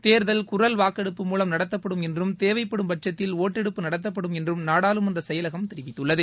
தேர்தல் குரல் வாக்கெடுப்பு மூலம் நடத்தப்படும் என்றும் தேவைப்படும் பட்சத்தில் ஓட்டெடுப்பு நடத்தப்படும் என்றும் நாடாளுமன்ற செயலகம் தெரிவித்துள்ளது